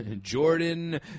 Jordan